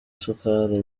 isukari